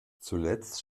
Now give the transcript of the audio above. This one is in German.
zuletzt